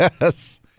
Yes